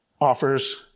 offers